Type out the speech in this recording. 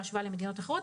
בהשוואה למדינות אחרות,